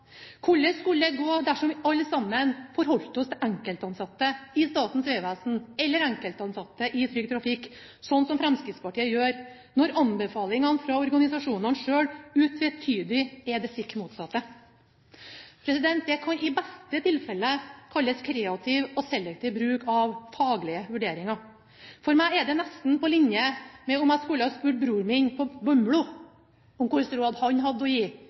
Hvordan skulle det gå dersom vi alle sammen forholdt oss til enkeltansatte i Statens vegvesen eller enkeltansatte i Trygg Trafikk, slik Fremskrittspartiet gjør, når anbefalingene fra organisasjonene selv utvetydig er det stikk motsatte? Det kan i beste tilfelle kalles kreativ og selektiv bruk av faglige vurderinger. For meg er det nesten på linje med om jeg skulle spurt bror min på Bømlo om hva slags råd han hadde å gi